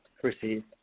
proceed